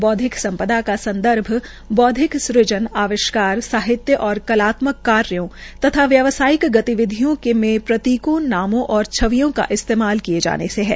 बौद्विक सम्पदा का संदर्भ बौद्विक सज़न आविष्कार साहित्य और कलात्मक कार्यो तथा व्यावसायिक गतिविधियों में प्रतीकों वाले और छवियों का इस्तेमाल किये जाने से है